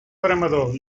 veremador